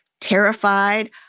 terrified